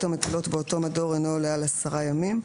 המטילות באותו מדור אינו עולה על עשרה ימים.